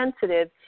sensitive